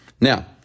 Now